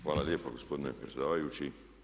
Hvala lijepa gospodine predsjedavajući.